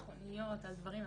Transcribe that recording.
--- ביטחוניות, על דברים.